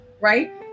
right